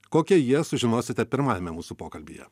kokie jie sužinosite pirmajame mūsų pokalbyje